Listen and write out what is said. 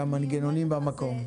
שהמנגנונים במקום.